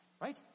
right